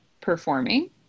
performing